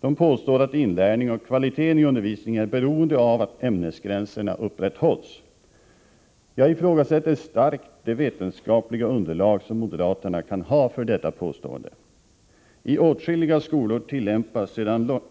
De påstår at. inlärning och kvalitet i undervisningen är beroende av att ämnesgränserna upprätthålls. Jag ifrågasätter starkt det vetenskapliga underlag som moderaterna kan ha för detta påstående. I åtskilliga skolor tillämpas